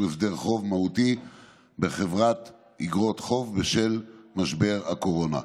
הסדר חוב מהותי בחברת איגרות חוב בשל משבר הקורונה.